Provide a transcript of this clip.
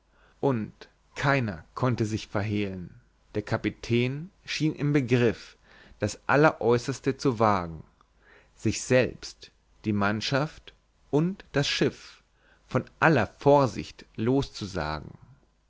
und keiner konnte sich verhehlen der kapitän schien im begriff das alleräußerste zu wagen sich selbst die mannschaft und das schiff von aller vorsicht loszusagen